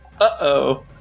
Uh-oh